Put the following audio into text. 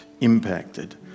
impacted